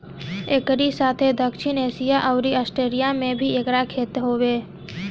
एकरी साथे दक्षिण एशिया अउरी आस्ट्रेलिया में भी एकर खेती होत हवे